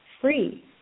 free